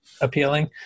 appealing